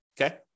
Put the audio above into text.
okay